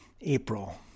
April